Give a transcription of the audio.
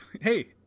hey